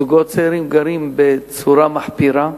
זוגות צעירים גרים בצורה מחפירה,